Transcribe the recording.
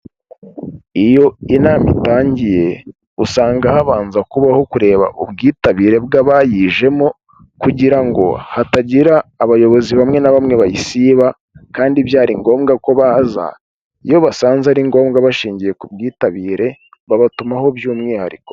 Iyo inama itangiye usanga habanza kubaho kureba ubwitabire bw'abayijemo, kugira ngo hatagira abayobozi bamwe na bamwe bayisiba, kandi byari ngombwa ko baza, iyo basanze ari ngombwa bashingiye ku bwitabire, babatumaho by'umwihariko.